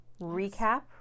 recap